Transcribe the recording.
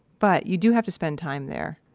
but you do have to spend time there.